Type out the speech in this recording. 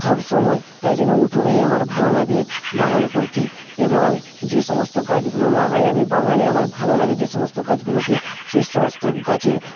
সবসময় তাইজন্য উঠোনেই আমার ভালো লাগে বাগান করতে এবং যে সমস্ত গাছগুলো লাগাই আমি বাগানে আমার ভালো লাগে যে সমস্ত গাছগুলোকে সে সমস্ত গাছের